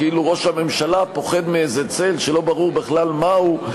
כאילו ראש הממשלה פוחד מאיזה צל שלא ברור בכלל מהו,